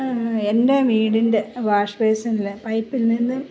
എൻ്റെ വീടിൻ്റെ വാഷ് ബേസിനിലെ പൈപ്പിൽ നിന്ന്